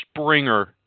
Springer